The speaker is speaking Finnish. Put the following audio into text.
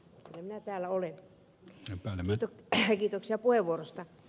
minä täällä oli tiukkana mitä hengität ja puhevuorosta